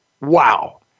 Wow